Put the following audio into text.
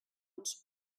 uns